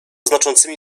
znaczącymi